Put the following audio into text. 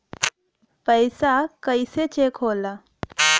पैसा कइसे चेक होला?